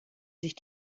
sich